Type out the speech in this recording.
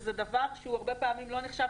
שזה דבר שהוא הרבה פעמים לא נחשב